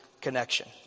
connection